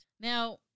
Now